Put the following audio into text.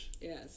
Yes